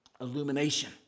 illumination